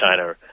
China